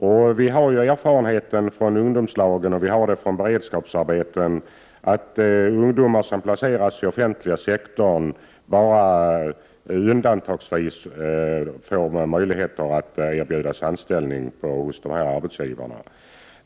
Vi har erfarenhet från ungdomslagen och beredskapsarbeten av att ungdomar som placeras i offentliga sektorn bara undantagsvis erbjuds anställning hos dessa arbetsgivare.